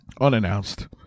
unannounced